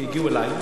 כי הם הגיעו אלי,